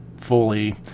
fully